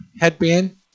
headband